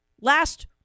last